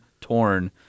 torn